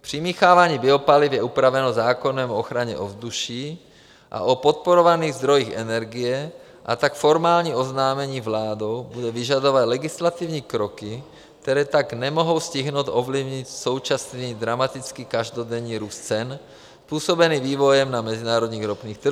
Přimíchávání biopaliv je upraveno zákonem o ochraně ovzduší a o podporovaných zdrojích energie, a tak formální oznámení vládou bude vyžadovat legislativní kroky, které tak nemohou stihnout ovlivnit současný dramatický každodenní růst cen způsobený vývojem na mezinárodních ropných trzích.